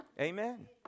Amen